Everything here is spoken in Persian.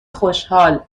خوشحال